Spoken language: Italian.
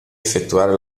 effettuare